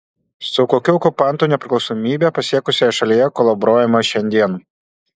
su kokiu okupantu nepriklausomybę pasiekusioje šalyje kolaboruojama šiandien